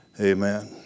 Amen